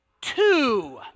Two